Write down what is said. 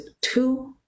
two